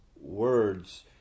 words